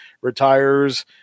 retires